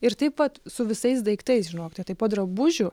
ir taip pat su visais daiktais žinokite tai po drabužių